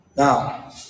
Now